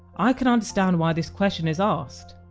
i can understand why this question is asked.